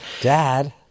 dad